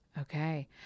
okay